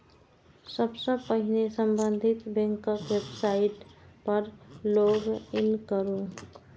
सबसं पहिने संबंधित बैंकक वेबसाइट पर लॉग इन करू